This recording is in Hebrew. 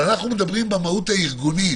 אבל במהות הארגונית